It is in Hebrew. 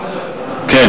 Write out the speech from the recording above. חוק